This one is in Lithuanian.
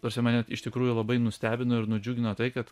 ta prasme mane iš tikrųjų labai nustebino ir nudžiugino tai kad